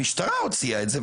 המשטרה הוציאה את זה.